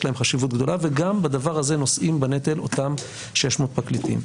יש להם חשיבות גדולה וגם בדבר הזה נושאים בנטל אותם 600 פרקליטים.